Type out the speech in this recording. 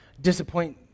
disappoint